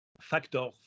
factor